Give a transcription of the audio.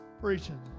preaching